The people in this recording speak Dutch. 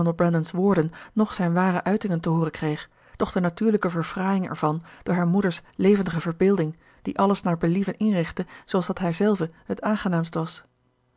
noch zijne ware uitingen te hooren kreeg doch de natuurlijke verfraaiing ervan door haar moeder's levendige verbeelding die alles naar believen inrichtte zooals dat haarzelve het aangenaamst was